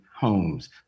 homes